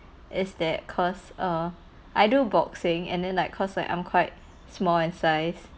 is that cause err I do boxing and then like cause like I'm quite small in size